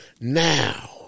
Now